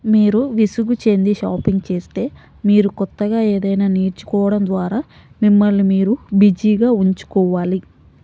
మీరు విసుగు చెంది షాపింగ్ చేస్తే మీరు కొత్తగా ఏదైనా నేర్చుకోవడం ద్వారా మిమ్మల్ని మీరు బిజీగా ఉంచుకోవాలి